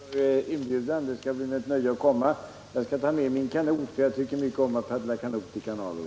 Herr talman! Jag tackar för denna inbjudan! Det skall bli mig ett nöje att komma. Och då skall jag ta med mig min kanot, för jag tycker mycket om att paddla kanot på kanaler.